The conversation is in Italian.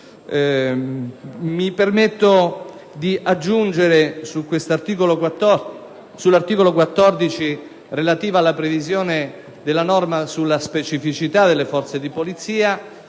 Mi permetto di aggiungere, sull'articolo 14, relativo alla previsione della norma sulla specificità delle Forze armate